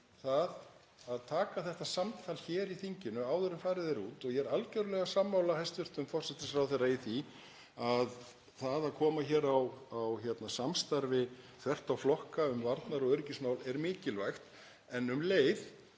að taka þetta samtal hér í þinginu áður en farið er út. Ég er algerlega sammála hæstv. forsætisráðherra í því að það að koma á samstarfi þvert á flokka um varnar- og öryggismál er mikilvægt. En um leið